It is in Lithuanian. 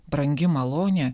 brangi malonė